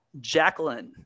Jacqueline